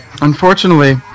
unfortunately